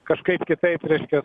kažkaip kitaip reiškias